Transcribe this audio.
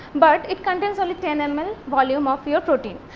but it contains only ten and ml volume of your protein.